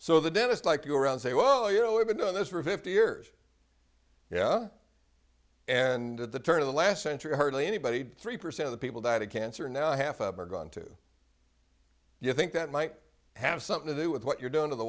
so the dentist like to go around say well you know we've been doing this for a fifty years yeah and at the turn of the last century hardly anybody three percent of people died of cancer and now half are gone too you think that might have something to do with what you're doing to the